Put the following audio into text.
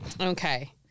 Okay